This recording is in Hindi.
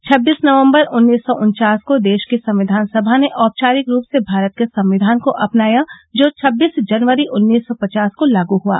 छब्बीस नवंबर उन्नीस सौ उन्वास को देश की संविधान सभा ने औपचारिक रूप से भारत के संविधान को अपनाया जो छब्बीस जनवरी उन्नीस सौ पचास को लागू हुआ